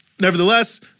Nevertheless